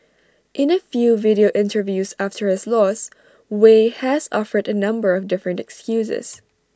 in A few video interviews after his loss Wei has offered A number of different excuses